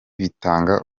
bitanga